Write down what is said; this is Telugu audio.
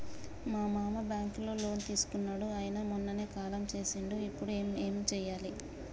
మా మామ బ్యాంక్ లో లోన్ తీసుకున్నడు అయిన మొన్ననే కాలం చేసిండు ఇప్పుడు మేం ఏం చేయాలి?